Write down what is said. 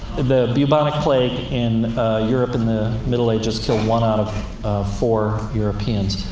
the bubonic plague in europe, in the middle ages, killed one out of four europeans.